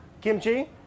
kimchi